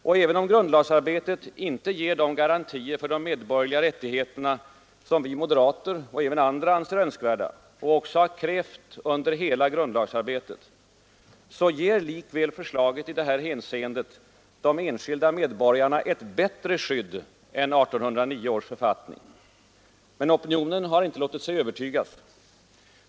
Och även om grundlagsförslaget icke ger de garantier för de medborgerliga rättigheterna som vi moderater och även andra anser önskvärda och också krävt under hela grundlagsarbetet, ger likväl förslaget i detta hänseende de enskilda medborgarna ett bättre skydd än 1809 års författning. Opinionen har icke låtit sig övertygas.